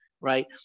right